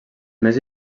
més